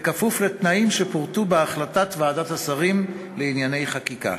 בכפוף לתנאים שפורטו בהחלטת ועדת השרים לענייני חקיקה.